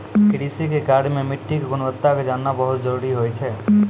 कृषि के कार्य मॅ मिट्टी के गुणवत्ता क जानना बहुत जरूरी होय छै